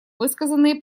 высказанные